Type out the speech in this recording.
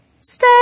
stay